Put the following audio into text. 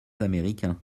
américain